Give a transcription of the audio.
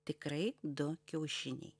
tikrai du kiaušiniai